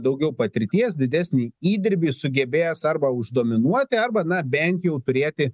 daugiau patirties didesnį įdirbį sugebės arba uždominuoti arba na bent jau turėti